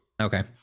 Okay